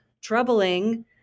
troubling